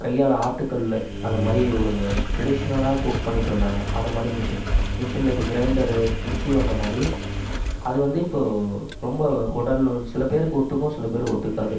கையால் ஆட்டுக்கல் அது மாதிரி ஒரு ட்ரெடிஷ்னல்லாக குக் பண்ணிகிட்டுருந்தாங்க அது மாதிரி மிஷின் மிஷினில் இப்போ கிரைண்டர் மிக்ஸி வந்த மாதிரி அது வந்து இப்போது ரொம்ப உடல்ல வந்து சில பேருக்கு ஒத்துக்கும் சில பேருக்கு ஒத்துக்காது